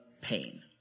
pain